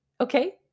Okay